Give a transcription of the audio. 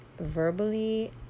verbally